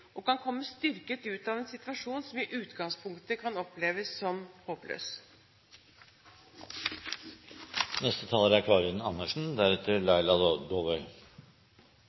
og kan komme styrket ut av en situasjon som i utgangspunktet kan oppleves som håpløs. Dette er